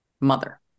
mother